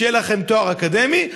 שיהיה לכם תואר אקדמי,